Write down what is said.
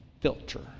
filter